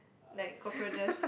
like cockroaches